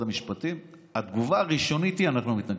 משפטים התגובה הראשונית היא: אנחנו מתנגדים.